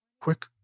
Quick